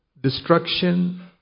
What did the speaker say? destruction